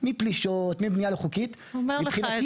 אני אומר: יש משטרה, יש מכבי אש,